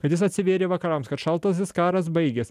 kad jis atsivėrė vakarams kad šaltasis karas baigėsi